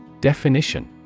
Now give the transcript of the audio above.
Definition